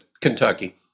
Kentucky